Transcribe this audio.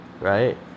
Right